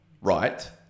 right